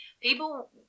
people